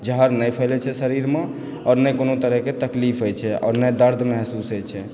जहर नहि फैलय छै शरीरमे आओर नहि कोनो तरहकेँ तकलीफ होइ छै आओर नहि दर्द महसूस होइ छै